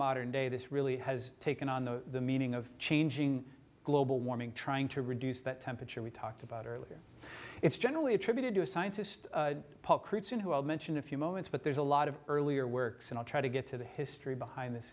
modern day this really has taken on the meaning of changing global warming trying to reduce that temperature we talked about earlier it's generally attributed to a scientist christian who i'll mention a few moments but there's a lot of earlier works and i'll try to get to the history behind this